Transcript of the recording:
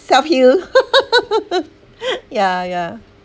self-heal yeah yeah